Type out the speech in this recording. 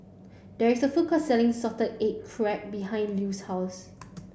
there is a food court selling salted egg crab behind Lue's house